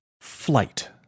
flight